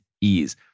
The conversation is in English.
ease